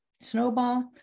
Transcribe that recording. snowball